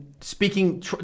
speaking